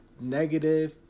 Negative